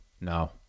no